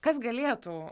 kas galėtų